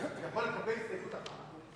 אתה יכול לקבל הסתייגות אחת,